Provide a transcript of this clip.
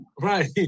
right